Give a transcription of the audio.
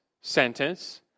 sentence